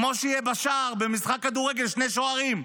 כמו שיהיו בשער במשחק כדורגל שני שוערים,